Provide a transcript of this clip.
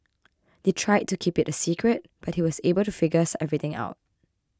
they tried to keep it a secret but he was able to figures everything out